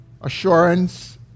assurance